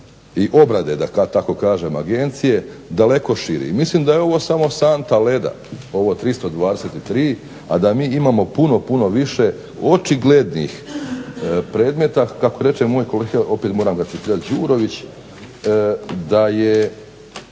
i obrade da tako kažem Agencije daleko širi. Mislim da je ovo samo santa leda ovo 323 a da mi imamo puno više očiglednih predmeta kako reče moj kolega Đurović da je